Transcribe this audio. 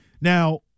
Now